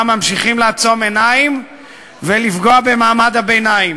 ממשיכים לעצום עיניים ולפגוע במעמד הביניים.